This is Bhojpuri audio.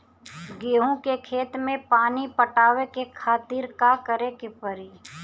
गेहूँ के खेत मे पानी पटावे के खातीर का करे के परी?